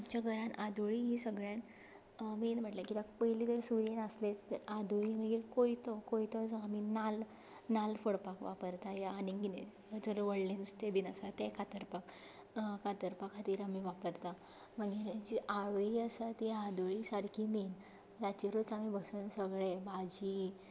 आमच्या घरांत आदोळी ही सगल्यान मेन म्हणल्यार कित्याक पयलीं सुरी नासलीच आदोळी मेन म्हणल्यार आदोळी मागीर कोयतो आमी नाल्ल फोडपाक वापरता आनी कितें व्हडलें नुस्तें बी आसा तें कातरपाक कातरपा खातीर आमी वापरता मागीर जी आदोळी आसा ती आदोळी सारकी मेन ताचेरूच आमी बसून सगले भाजी